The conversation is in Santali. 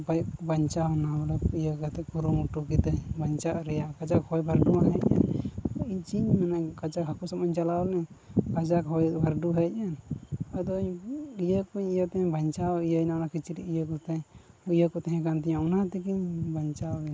ᱵᱟᱧᱪᱟᱣᱱᱟ ᱵᱚᱞᱮ ᱤᱭᱟᱹ ᱠᱟᱛᱮᱫ ᱠᱩᱨᱩᱢᱩᱴᱩ ᱠᱮᱫᱟᱹᱧ ᱵᱟᱧᱪᱟᱜ ᱨᱮᱭᱟᱜ ᱠᱟᱡᱟᱠ ᱦᱚᱭ ᱵᱟᱨᱰᱩ ᱢᱟ ᱦᱮᱡ ᱮᱱ ᱤᱧ ᱪᱮᱫ ᱤᱧ ᱢᱮᱱᱟ ᱠᱟᱡᱟᱠ ᱦᱟᱹᱠᱩ ᱥᱟᱵ ᱢᱟᱧ ᱪᱟᱞᱟᱣ ᱞᱮᱱ ᱠᱟᱡᱟᱠ ᱦᱚᱭ ᱵᱟᱨᱰᱩ ᱦᱮᱡ ᱮᱱ ᱟᱫᱚᱧ ᱤᱭᱟᱹ ᱠᱚᱧ ᱤᱭᱟᱹ ᱠᱚᱧ ᱵᱟᱧᱪᱟᱣ ᱤᱭᱟᱹᱭᱮᱱᱟ ᱠᱤᱪᱨᱤᱡᱽ ᱤᱭᱟᱹ ᱠᱚᱛᱮ ᱱᱤᱭᱟᱹ ᱠᱚ ᱛᱟᱦᱮᱸ ᱠᱟᱱ ᱛᱤᱧᱟᱹ ᱚᱱᱟ ᱛᱮᱜᱮᱧ ᱵᱟᱧᱪᱟᱣ ᱮᱱᱟ